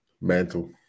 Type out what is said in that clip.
Mental